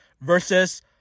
versus